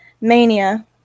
mania